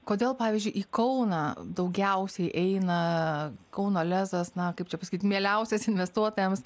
kodėl pavyzdžiui į kauną daugiausiai eina kauno lezas na kaip čia pasakyt mieliausias investuotojams